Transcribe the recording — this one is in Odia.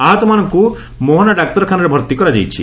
ଆହତମାନଙ୍କୁ ମୋହନ ଡାକ୍ତରଖାନାରେ ଭର୍ତି କରାଯାଇଛି